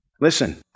Listen